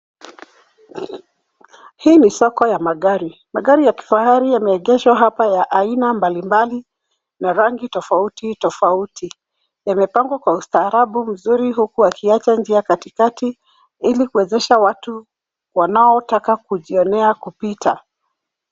Hii ni soko ya magari. Magari ya kifahari yameegeshwa hapa ya aina mbalimbali na rangi tofauti tofauti. Yamepangwa kwa ustaarabu mzuri huku akiacha njia katikati ili kuwezesha watu wanaotaka kujionea kupita.